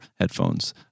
headphones